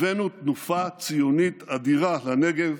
הבאנו תנופה ציונית אדירה לנגב,